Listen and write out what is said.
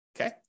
okay